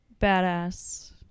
badass